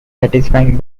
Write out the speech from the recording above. satisfying